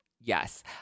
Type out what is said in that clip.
Yes